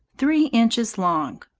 three inches long,